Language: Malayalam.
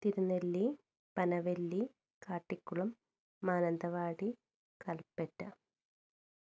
തിരുനെല്ലി പനവല്ലി കാട്ടിക്കുളം മാനന്തവാടി കൽപ്പറ്റ